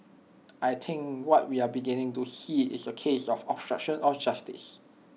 I think what we are beginning to see is A case of obstruction of justice